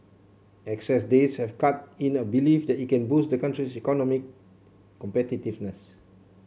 excess days have cut in a belief that it can boost the country's economic competitiveness